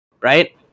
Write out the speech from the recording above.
Right